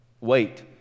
Wait